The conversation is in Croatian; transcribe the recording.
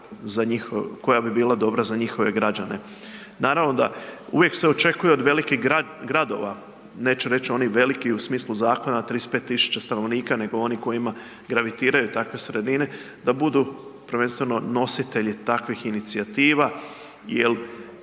koja bi bila dobra za njihove građane. Naravno da, uvijek se očekuje od velikih gradova, neću reć onih velikih u smislu zakona 35 000 stanovnika, nego oni kojima gravitiraju takve sredine, da budu prvenstveno nositelji takvih inicijativa jel